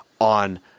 on